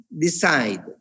decide